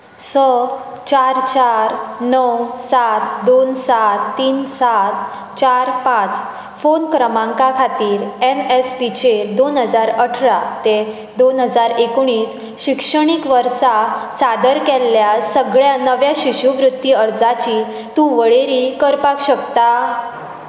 स चार चार णव सात दोन सात तीन सात चार पांच फोन क्रमांका खातीर एन एस पी चेर दोन हजार अठरा ते दोन हजार एकुणीस शिक्षणीक वर्सा सादर केल्ल्या सगळ्या नव्या शिश्यवृत्ती अर्जांची तूं वळेरी करपाक शकता